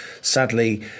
sadly